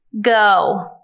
Go